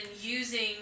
using